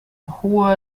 hohe